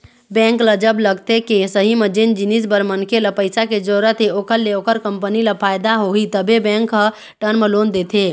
bank ल जब लगथे के सही म जेन जिनिस बर मनखे ल पइसा के जरुरत हे ओखर ले ओखर कंपनी ल फायदा होही तभे बेंक ह टर्म लोन देथे